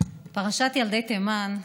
פרשת ילדי תימן,